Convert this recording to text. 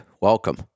welcome